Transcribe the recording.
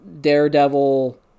Daredevil